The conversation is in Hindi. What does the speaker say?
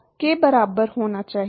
के बराबर होना चाहिए